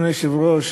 אדוני היושב-ראש,